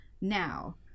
now